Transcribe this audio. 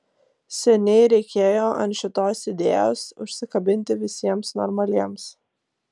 seniai reikėjo ant šitos idėjos užsikabinti visiems normaliems